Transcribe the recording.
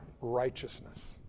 righteousness